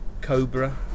Cobra